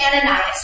Ananias